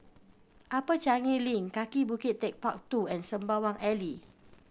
Upper Changi Link Kaki Bukit Techpark Two and Sembawang Alley